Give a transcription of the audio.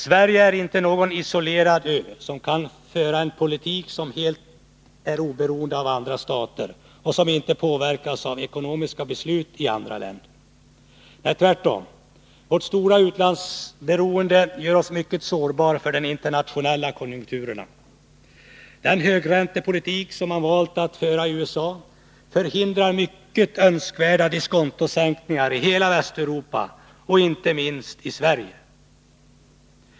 Sverige är inte någon isolerad ö, som kan föra en politik helt oberoende av andra staters och som inte påverkas av ekonomiska beslut i andra länder. Nej, tvärtom. Vårt stora utlandsberoende gör oss mycket sårbara för de internationella konjunkturerna. Den högräntepolitik som man har valt att föra i USA förhindrar mycket önskvärda diskontosänkningar i hela Västeuropa och inte minst i Sverige.